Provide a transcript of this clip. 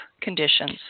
conditions